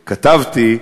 שכתבתי,